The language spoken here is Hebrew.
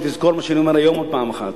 ותזכור מה שאני אומר היום עוד פעם אחת: